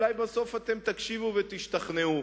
אולי בסוף אתם תקשיבו ותשתכנעו.